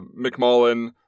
McMullen